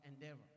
endeavor